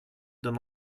d’un